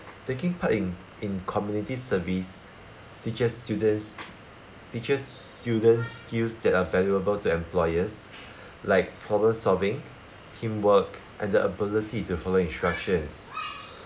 taking part in in community service teaches students teaches students skills that are valuable to employers like problem solving teamwork and the ability to follow instructions